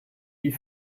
wie